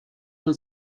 von